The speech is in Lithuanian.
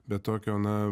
bet tokio na